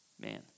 man